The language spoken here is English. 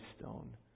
stone